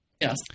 Yes